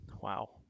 Wow